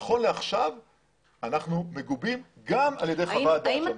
נכון לעכשיו אנחנו מגובים גם על ידי חוות דעת.